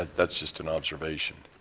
that is just an observation.